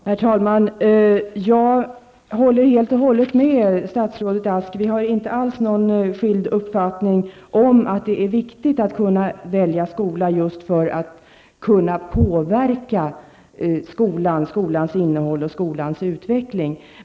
Herr talman! Jag håller helt och hållet med statsrådet Ask -- vi har inte alls olika uppfattningar om vikten av att kunna välja skola just för att kunna påverka skolans innehåll och skolans utveckling.